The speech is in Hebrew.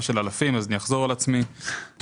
1.2 מיליון ₪,